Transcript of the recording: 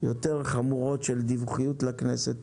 חמורות יותר של אי-דיווח לכנסת